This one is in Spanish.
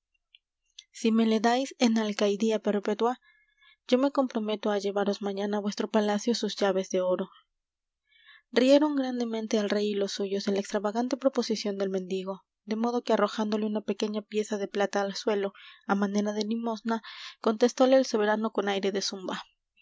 si me le dais en alcaidía perpetua yo me comprometo á llevaros mañana á vuestro palacio sus llaves de oro rieron grandemente el rey y los suyos de la extravagante proposición del mendigo de modo que arrojándole una pequeña pieza de plata al suelo á manera de limosna contestóle el soberano con aire de zumba